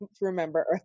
remember